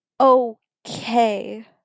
okay